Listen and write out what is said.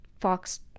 Fox